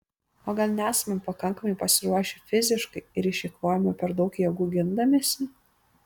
o gal nesame pakankamai pasiruošę fiziškai ir išeikvojome per daug jėgų gindamiesi